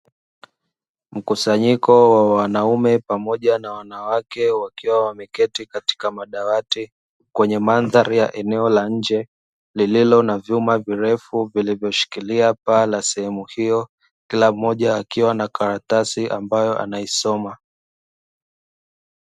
Mkusanyiko wa wanaume pamoja na wanawake wakiwa wameketi katika madawati, kwenye madhali ya eneo la nje lililo na vyuma virefu, vilivyoshikilia paa la sehemu hiyo, kila mmoja akiwa na karatasi ambayo anaisoma.